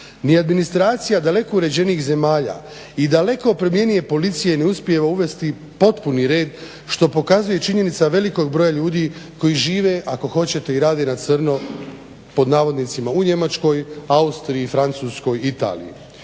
Ni administracija daleko uređenijih zemalja i daleko … policije ne uspije uvesti potpuni red što pokazuje činjenica velikog broja ljudi koji žive ako hoćete i rade "na crno" u Njemačkoj, Austriji, Francuskoj, Italiji.